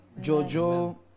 Jojo